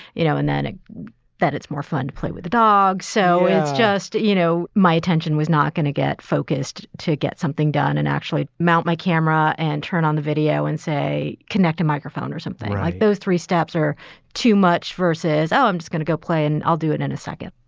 you know, ananta, that ah that it's more fun to play with the dog. so it's just, you know, my attention was not going to get focused to get something done and actually mount my camera and turn on the video and say connect a microphone or something like those three steps or too much versus oh, i'm just gonna go play and i'll do it in a second.